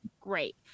great